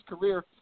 career